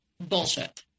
bullshit